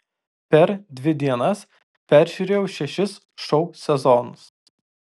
per dvi dienas peržiūrėjau šešis šou sezonus